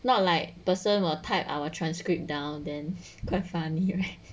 not like person will type our transcript down then quite funny right